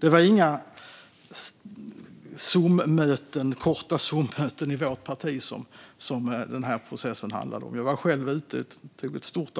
Denna process handlade inte om några korta Zoommöten i vårt parti. Jag hade själv ett stort